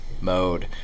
mode